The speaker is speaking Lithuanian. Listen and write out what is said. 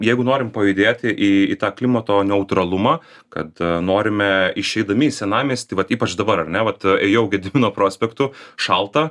jeigu norim pajudėti į į tą klimato neutralumą kad norime išeidami į senamiestį vat ypač dabar ar ne vat ėjau gedimino prospektu šalta